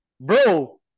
bro